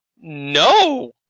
No